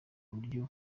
buryo